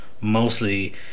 mostly